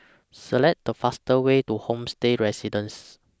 Select The fastest Way to Homestay Residences